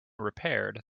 repaired